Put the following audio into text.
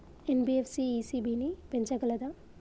NBFC ECB ని పెంచగలదా?